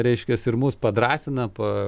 reiškias ir mus padrąsina pa